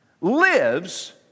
lives